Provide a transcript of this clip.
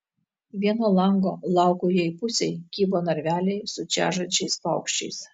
vieno lango laukujėj pusėj kybo narveliai su čežančiais paukščiais